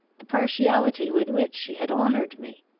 the partiality with which she had honoured me.